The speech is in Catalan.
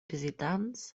visitants